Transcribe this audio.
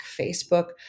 Facebook